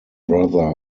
brother